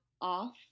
off